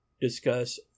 discuss